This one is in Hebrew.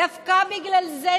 דווקא בגלל זה,